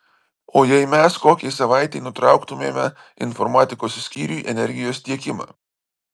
o jei mes kokiai savaitei nutrauktumėme informatikos skyriui energijos tiekimą